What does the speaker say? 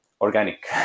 organic